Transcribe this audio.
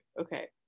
Okay